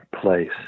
place